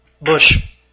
Bush